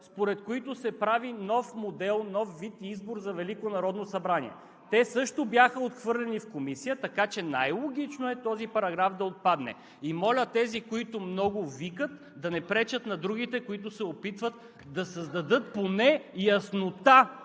според които се прави нов модел, нов вид избор за Велико народно събрание. Те също бяха отхвърлени в Комисията, така че най-логично е този параграф да отпадне. Моля тези, които много викат, да не пречат на другите, които се опитват да създадат поне яснота